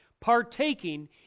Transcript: partaking